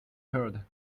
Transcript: heard